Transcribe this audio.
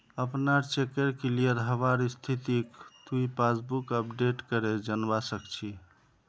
अपनार चेकेर क्लियर हबार स्थितिक तुइ पासबुकक अपडेट करे जानवा सक छी